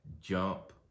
jump